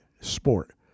sport